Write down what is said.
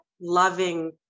loving